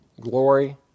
glory